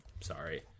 sorry